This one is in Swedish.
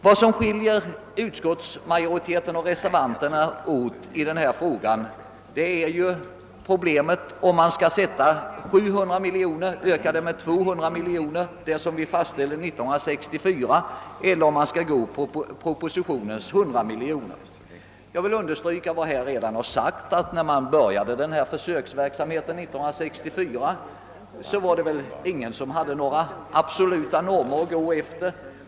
Vad som skiljer utskottsmajoriteten och reservanterna åt är, om den ram för lokaliseringslån som fastställdes 1964 skall vidgas till 700 miljoner kronor, som föreslås av reservanterna, eller till 600 miljoner kronor, som föreslås i propositionen. Jag vill understryka vad som redan har sagts att när försöksverksamheten började 1964 hade ingen några absoluta normer att gå efter.